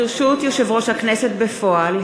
ברשות יושב-ראש הכנסת בפועל,